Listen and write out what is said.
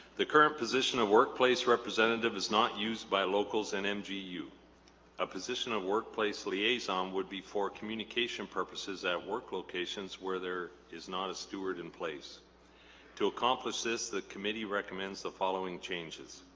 current position a workplace representative is not used by locals and mgu a position of workplace liaison would be for communication purposes at work locations where there is not a steward in place to accomplish this the committee recommends the following changes